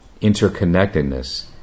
interconnectedness